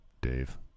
Dave